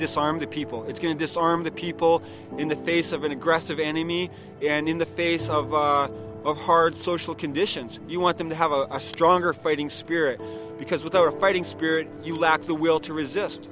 disarm the people it's going to disarm the people in the face of an aggressive enemy and in the face of hard social conditions you want them to have a stronger fighting spirit because without a fighting spirit you lack the will to resist